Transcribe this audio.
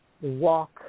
walk